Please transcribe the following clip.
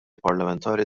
parlamentari